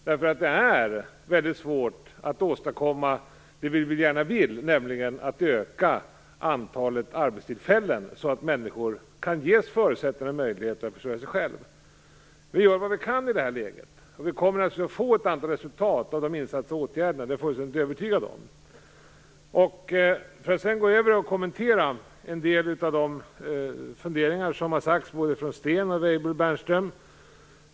Det är nämligen svårt att åstadkomma det som vi gärna vill åstadkomma, nämligen att öka antalet arbetstillfällen så att människor kan ges förutsättningar att försörja sig själva. Vi gör vad vi kan i det här läget, och jag är fullständigt övertygad om att det kommer att bli resultat av de föreslagna åtgärderna. Sedan vill jag kommentera en del av de funderingar som har framförts, både av Sten Andersson och av Peter Weibull Bernström.